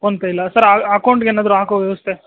phone pay ಇಲ್ಲ sir ಅಕೌಂಟ್ಗೇನಾದರು ಹಾಕೋ ವ್ಯವಸ್ಥೆ